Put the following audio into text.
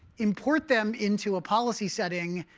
import them into a policy setting,